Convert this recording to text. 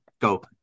go